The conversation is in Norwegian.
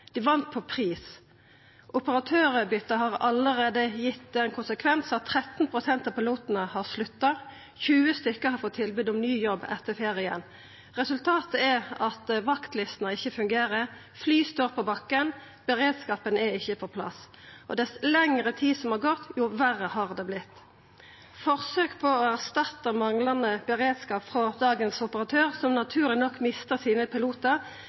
Dei vann på pris. Operatørbytet har allereie gitt den konsekvensen at 13 pst. av pilotane har slutta, 20 stykke har fått tilbod om ny jobb etter ferien. Resultatet er at vaktlistene ikkje fungerer, fly står på bakken, beredskapen er ikkje på plass. Dess lengre tid som har gått, dess verre har det vorte. Forsøk på å erstatta manglande beredskap frå dagens operatør, som naturleg nok mistar pilotane sine,